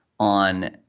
on